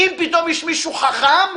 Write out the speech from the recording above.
אם פתאום יש מישהו חכם,